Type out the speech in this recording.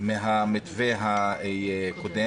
מבחינת העובדים מהמתווה הקודם,